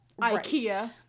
Ikea